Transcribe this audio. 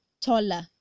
taller